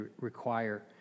require